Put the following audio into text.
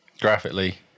Graphically